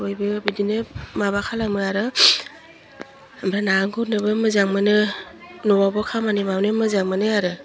बयबो बिदिनो माबा खालामो आरो ओमफाय ना गुरनोबो मोजां मोनो न'आवबो खामानि मावनो मोजां मोनो आरो